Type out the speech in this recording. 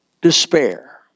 despair